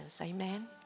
Amen